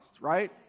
right